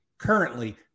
Currently